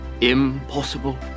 impossible